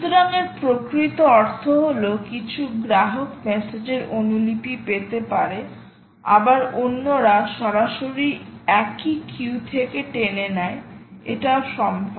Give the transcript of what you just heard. সুতরাং এর প্রকৃত অর্থ হল কিছু গ্রাহক মেসেজের অনুলিপি পেতে পারে আবার অন্যরা সরাসরি একই কিউ থেকে টেনে নেয় এটাও সম্ভব